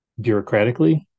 bureaucratically